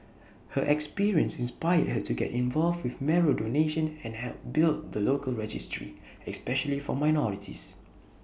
her experience inspired her to get involved with marrow donation and help build the local registry especially for minorities